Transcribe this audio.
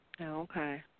Okay